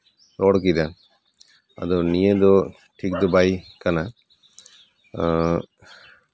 ᱟᱫᱚ ᱱᱤᱭᱟᱹ ᱫᱚ ᱴᱷᱤᱠ ᱫᱚ ᱵᱟᱭ ᱠᱟᱱᱟ ᱟᱨ